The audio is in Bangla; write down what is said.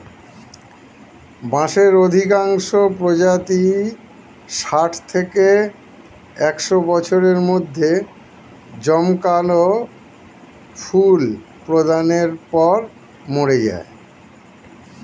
বাঁশের অধিকাংশ প্রজাতিই ষাট থেকে একশ বছরের মধ্যে জমকালো ফুল প্রদানের পর মরে যায়